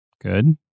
Good